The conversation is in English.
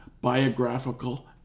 biographical